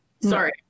Sorry